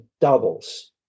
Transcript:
doubles